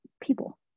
people